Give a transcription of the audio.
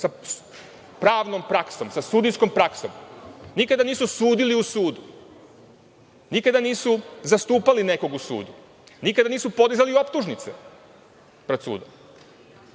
sa pravnom praksom, sa sudijskom praksom. Nikada nisu sudili u sudu, nikada nisu zastupali nekoga u sudu, nikada nisu podizali optužnice pred